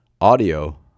Audio